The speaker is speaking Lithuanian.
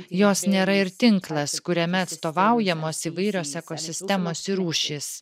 jos nėra ir tinklas kuriame atstovaujamos įvairios ekosistemos ir rūšys